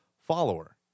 follower